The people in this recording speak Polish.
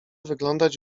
wyglądać